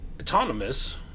Autonomous